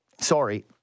Sorry